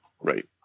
Right